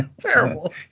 Terrible